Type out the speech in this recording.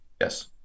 Yes